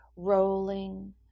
rolling